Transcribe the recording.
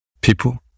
People